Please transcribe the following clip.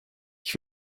ich